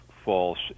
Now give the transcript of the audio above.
false